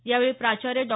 यावेळी प्राचार्य डॉ